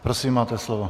Prosím, máte slovo.